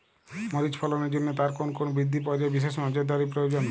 মরিচ ফলনের জন্য তার কোন কোন বৃদ্ধি পর্যায়ে বিশেষ নজরদারি প্রয়োজন?